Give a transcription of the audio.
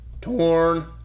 Torn